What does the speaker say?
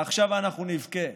ועכשיו אנחנו נבכה.